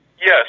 Yes